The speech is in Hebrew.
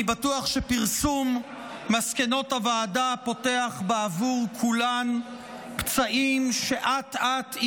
אני בטוח שפרסום מסקנות הוועדה פותח בעבור כולן פצעים שאט-אט,